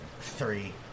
Three